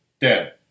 dead